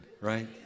right